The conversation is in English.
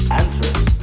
answers